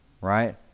Right